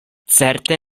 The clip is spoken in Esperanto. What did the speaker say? certe